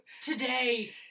today